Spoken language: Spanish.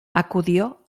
acudió